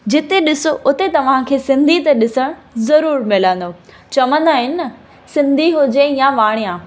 जिते ॾिसो उते तव्हांखे सिंधी त ॾिसण ज़रूर मिलंदो चवंदा आहिनि न सिंधी हुजे या वाणिया